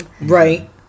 Right